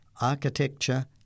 architecture